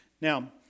now